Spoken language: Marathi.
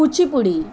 कुचीपुडी